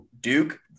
Duke